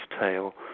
tale